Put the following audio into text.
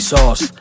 Sauce